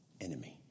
enemy